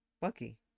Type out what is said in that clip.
Bucky